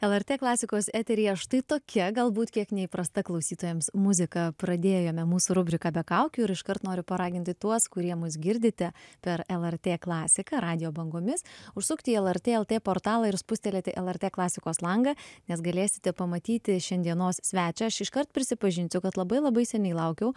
lrt klasikos eteryje štai tokia galbūt kiek neįprasta klausytojams muzika pradėjome mūsų rubriką be kaukių ir iškart noriu paraginti tuos kurie mus girdite per lrt klasiką radijo bangomis užsukti į lrt lt portalą ir spustelėti lrt klasikos langą nes galėsite pamatyti šiandienos svečią aš iškart prisipažinsiu kad labai labai seniai laukiau